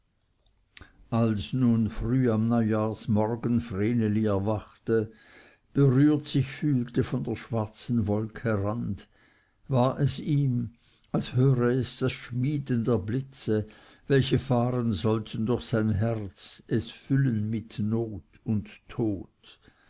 als nun früh am neujahrsmorgen vreneli erwachte berührt sich fühlte von der schwarzen wolke rand war es ihm als höre es das schmieden der blitze welche fahren sollten durch sein herz es füllen mit not und tod